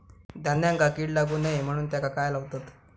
धान्यांका कीड लागू नये म्हणून त्याका काय लावतत?